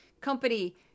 company